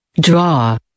Draw